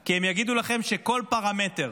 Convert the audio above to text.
כי הם יגידו לכם שכל פרמטר